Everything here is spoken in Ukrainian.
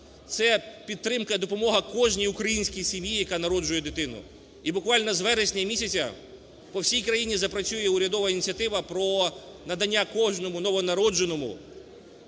це підтримка, допомога кожній українській сім'ї, яка народжує дитину. І буквально з вересня місяця по всій країні запрацює урядова ініціатива про надання кожному новонародженому